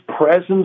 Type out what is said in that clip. presence